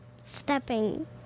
stepping